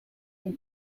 een